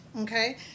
Okay